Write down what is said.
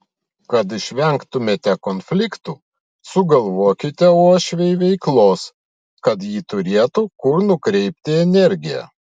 kad išvengtumėte konfliktų sugalvokite uošvei veiklos kad ji turėtų kur nukreipti energiją